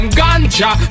ganja